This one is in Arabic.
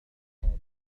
هاتفك